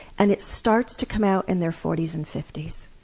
and it starts to come out in their forties and fifties.